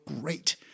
great